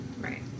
Right